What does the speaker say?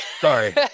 Sorry